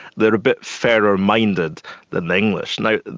they're a bit fairer minded than the english. now,